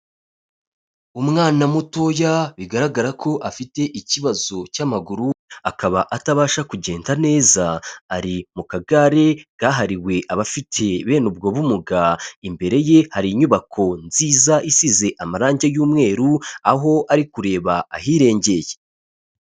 Umwana mutoya bigaragara ko afite ikibazo cy'amaguru, akaba atabasha kugenda neza, ari mu kagare kahariwe abafite bene ubwo bumuga, imbere ye hari inyubako nziza isize amarange y'umweru aho ari kureba ahirengeye.